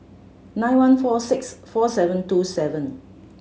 nine one four six four seven two seven